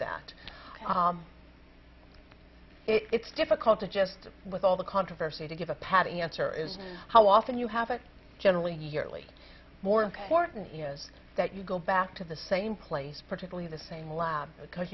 that it's difficult to just with all the controversy to get a pat answer is how often you have it generally yearly more important is that you go back to the same place particularly the same lab because